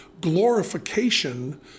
glorification